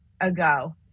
ago